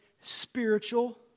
spiritual